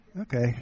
Okay